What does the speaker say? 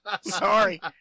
Sorry